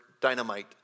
dynamite